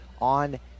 on